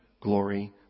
glory